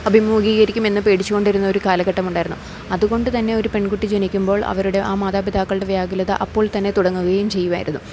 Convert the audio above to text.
അഭിമുഖീകരിക്കും എന്ന് പേടിച്ചുകൊണ്ടിരുന്നൊരു കാലഘട്ടമുണ്ടായിരുന്നു അതുകൊണ്ട് തന്നെ ഒരു പെൺകുട്ടി ജനിക്കുമ്പോൾ അവരുടെ ആ മാതാപിതാക്കളുടെ വ്യാകുലത അപ്പോൾ തന്നെ തുടങ്ങുകയും ചെയ്യുവായിരുന്നു